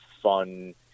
fun